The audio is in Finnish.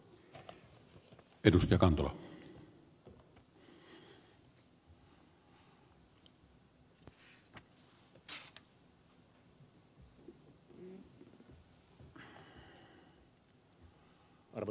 arvoisa puhemies